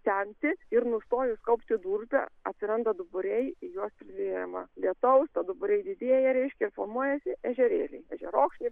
semti ir nustojus kaupti durpę atsiranda duburiai į juos prilyjama lietaus duburiai didėja reiškia formuojasi ežerėliai ežerokšniai